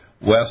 west